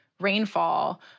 rainfall